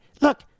Look